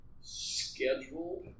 scheduled